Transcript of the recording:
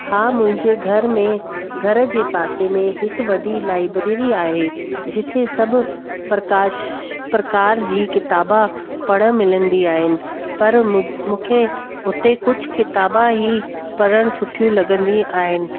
हा मुंहिंजे घर में घर जे पासे में हिकु वॾी लाइब्रेरी आहे जिते सभु प्रकाश प्रकार जी किताबा पढ़णु मिलंदी आहिनि पर मूंखे उते कुझु किताबा ई पढ़णु सुठियूं लॻंदी आहिनि